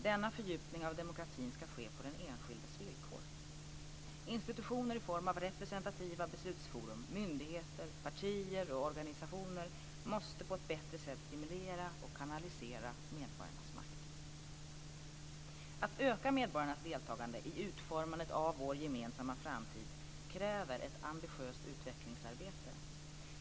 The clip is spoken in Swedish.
Denna fördjupning av demokratin ska ske på den enskildes villkor. Institutioner i form av representativa beslutsforum, myndigheter, partier och organisationer måste på ett bättre sätt stimulera och kanalisera medborgarnas makt. Att öka medborgarnas deltagande i utformandet av vår gemensamma framtid kräver ett ambitiöst utvecklingsarbete.